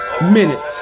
Minute